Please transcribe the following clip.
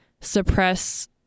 suppress